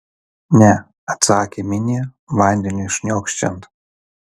ne atsakė minė vandeniui šniokščiant